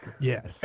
Yes